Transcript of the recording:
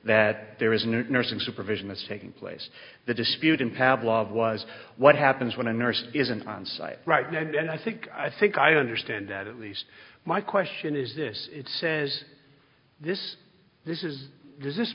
that there isn't nursing supervision that's taking place the dispute in pavlov was what happens when a nurse isn't on site right now and i think i think i understand that at least my question is this says this this is is this